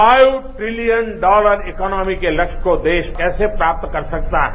phi trillion dollar economy के लक्ष्य को देश कैसे प्राप्त कर सकता है